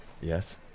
yes